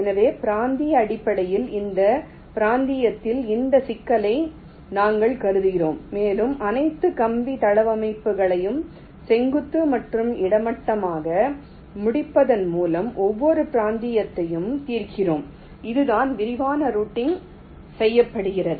எனவே பிராந்திய அடிப்படையில் இந்த பிராந்தியத்தில் இந்த சிக்கலை நாங்கள் கருதுகிறோம் மேலும் அனைத்து கம்பி தளவமைப்புகளையும் செங்குத்து மற்றும் கிடைமட்டமாக முடிப்பதன் மூலம் ஒவ்வொரு பிராந்தியத்தையும் தீர்க்கிறோம் இதுதான் விரிவான ரூட்டிங் செய்யப்படுகிறது